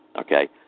Okay